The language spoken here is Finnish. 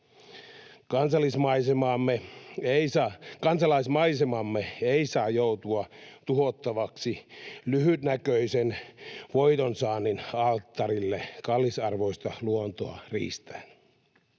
Kansallismaisemamme ei saa joutua tuhottavaksi lyhytnäköisen voitonsaannin alttarille kallisarvoista luontoa riistäen.